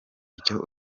icyo